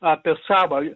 apie savą